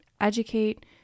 educate